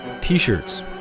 T-shirts